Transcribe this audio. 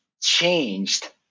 changed